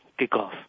kickoff